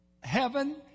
Heaven